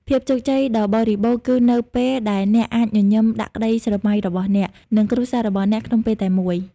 ភាពជោគជ័យដ៏បរិបូរណ៍ គឺនៅពេលដែលអ្នកអាចញញឹមដាក់ក្តីស្រមៃរបស់អ្នក និងគ្រួសាររបស់អ្នកក្នុងពេលតែមួយ។